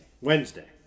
Wednesday